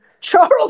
Charles